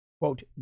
quote